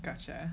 gotcha